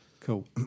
Cool